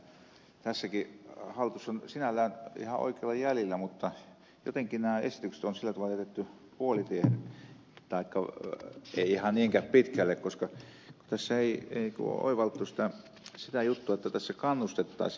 nimittäin tässäkin hallitus on sinällään ihan oikeilla jäljillä mutta jotenkin nämä esitykset on sillä tavalla jätetty puolitiehen taikka ei ihan niinkään pitkälle koska tässä ei ole oivallettu sitä juttua että tässä kannustettaisiin ihmisiä omaehtoisuuteen